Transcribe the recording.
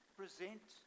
present